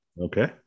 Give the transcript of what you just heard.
okay